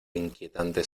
inquietante